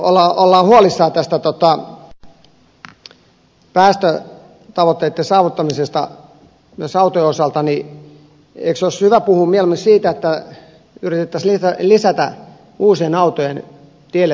jos me oikeasti olemme huolissamme päästötavoitteitten saavuttamisesta myös autojen osalta niin eikö olisi hyvä puhua mieluummin siitä että yritettäisiin lisätä uusien autojen tielle tulemista suomessa